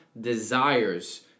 desires